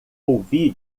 ouvi